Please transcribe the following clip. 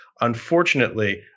Unfortunately